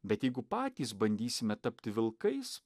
bet jeigu patys bandysime tapti vilkais